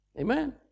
amen